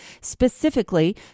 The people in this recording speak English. Specifically